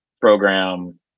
program